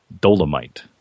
Dolomite